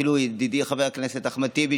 אפילו ידידי חבר הכנסת אחמד טיבי,